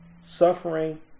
suffering